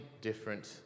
different